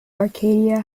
arcadia